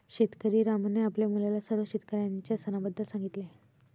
शेतकरी रामूने आपल्या मुलाला सर्व शेतकऱ्यांच्या सणाबद्दल सांगितले